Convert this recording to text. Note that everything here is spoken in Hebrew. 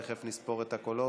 תכף נספור את הקולות.